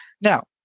Now